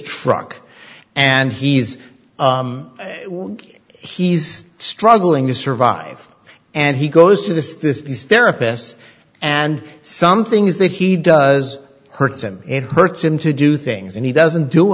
truck and he's he's struggling to survive and he goes to this this therapist and some things that he does hurts them it hurts him to do things and he doesn't do